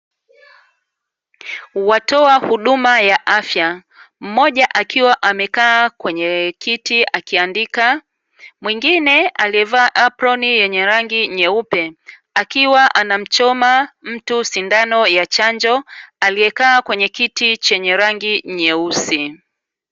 Watoa huduma ya afya, mmoja akiwa amekaa kwenye kiti akiandika, mwingine amevaa aproni yenye rangi nyeupe akiwa anamchoma mtu sindano ya chanjo, aliyekaa kwenye kiti chenye rangi nyeusi.